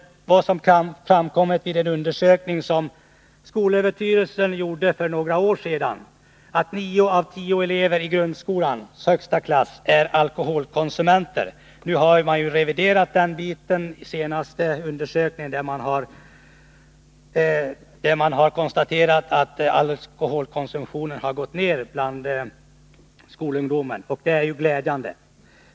I en undersökning som skolöverstyrelsen gjorde för något år sedan framkom att nio av tio elever i grundskolans högsta klass är alkoholkonsumenter. Nu har man reviderat den siffran, och i den senaste undersökningen har man konstaterat att alkoholkonsumtionen bland skolungdomen har gått ner, och det är glädjande.